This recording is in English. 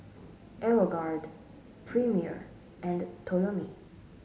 Aeroguard Premier and Toyomi